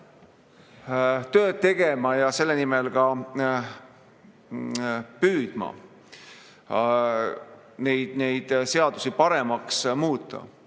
tööd tegema ja selle nimel püüdma seadusi paremaks muuta.